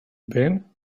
been